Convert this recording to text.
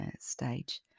stage